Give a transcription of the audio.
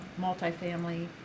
multifamily